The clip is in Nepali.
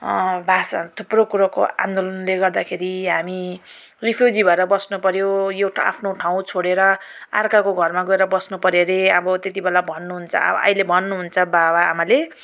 भाषा थुप्रो कुरोको आन्दोलनले गर्दाखेरि हामी रिफ्युजी भएर बस्नु पर्यो एउटा आफ्नो ठाउँ छोडेर अर्काको घरमा गएर बस्नु पर्यो अरे अब त्यति बेला भन्नु हुन्छ अब अहिले भन्नु हुन्छ बाबा आमाले